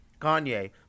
Kanye